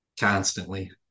constantly